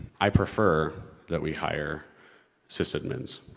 i prefer that we hire sysadmins,